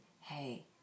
hey